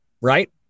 right